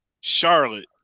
Charlotte